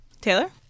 Taylor